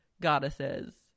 goddesses